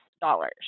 dollars